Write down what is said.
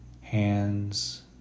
hands